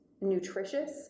nutritious